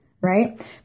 right